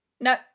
No